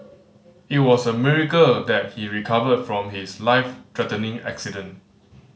it was a miracle that he recovered from his life threatening accident